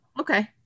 okay